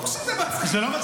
ברור שזה מצחיק.